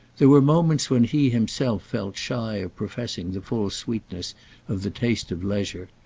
there were moments when he himself felt shy of professing the full sweetness of the taste of leisure,